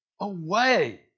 away